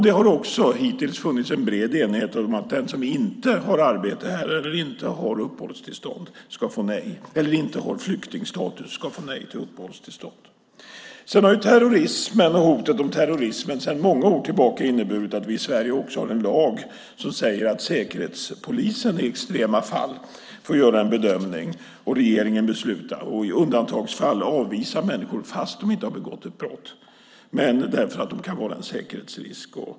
Det har hittills funnits en bred enighet om att den som inte har arbete här eller inte har flyktingstatus ska få nej till uppehållstillstånd. Så har terrorismen och hotet om terrorismen sedan många år tillbaka inneburit att vi i Sverige har en lag som säger att säkerhetspolisen i extrema fall får göra en bedömning och regeringen besluta och i undantagsfall avvisa människor, fast de inte har begått ett brott, därför att de kan utgöra en säkerhetsrisk.